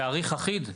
תאריך אחיד?